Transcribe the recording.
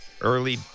early